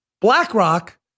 BlackRock